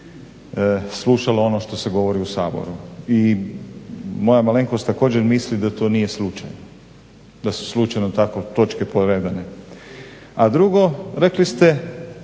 slušalo ono što se govori u Saboru. I moja malenkost također misli da to nije slučaj. Da su slučajno tako točke poredane. A drugo, rekli ste